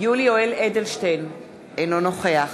יולי יואל אדלשטיין, אינו נוכח